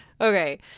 Okay